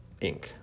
Inc